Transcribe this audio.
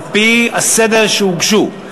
לפי הסדר שהוגשו.